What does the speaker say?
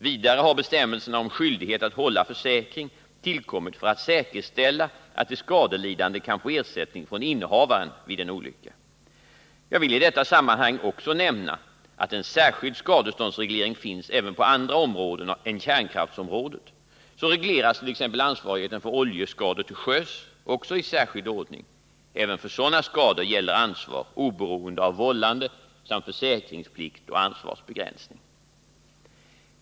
Vidare har bestämmelserna om skyldighet att hålla försäkring tillkommit för att säkerställa att de skadelidande kan få ersättning från innehavaren vid en olycka. Jag vill i detta sammanhang också nämna att en särskild skadeståndsreglering finns även på andra områden än kärnkraftsområdet. Så regleras t.ex. ansvarigheten för oljeskador till sjöss också i särskild ordning. Även för sådana skador gäller ansvar oberoende av vållande samt försäkringsplikt och ansvarsbegränsning.